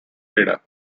breeder